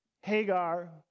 Hagar